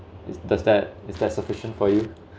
does that is that sufficient for you